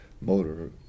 motor